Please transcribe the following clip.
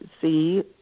see